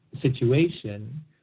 situation